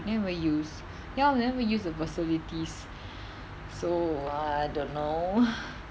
never even use ya lor never even use the facilities so I don't know